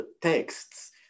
texts